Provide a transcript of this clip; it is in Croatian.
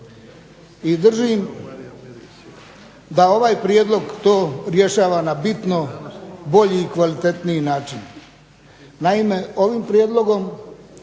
i držim da ovaj prijedlog to rješava na bitno bolji i kvalitetniji način. Naime, ovim prijedlogom